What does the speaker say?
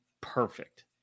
perfect